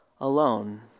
alone